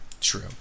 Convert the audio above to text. true